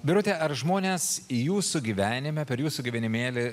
birute ar žmonės jūsų gyvenime per jūsų gyvenimėlį